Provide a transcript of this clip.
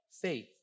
faith